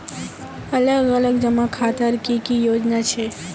अलग अलग जमा खातार की की योजना छे?